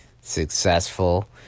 successful